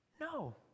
No